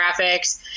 graphics